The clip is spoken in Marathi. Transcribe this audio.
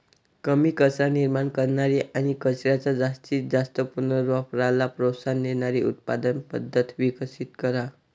कमी कचरा निर्माण करणारी आणि कचऱ्याच्या जास्तीत जास्त पुनर्वापराला प्रोत्साहन देणारी उत्पादन पद्धत विकसित करा